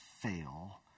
fail